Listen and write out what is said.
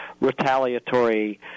retaliatory